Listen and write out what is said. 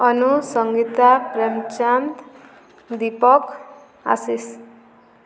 Anu Sangeeta Premchand Deepak Ashish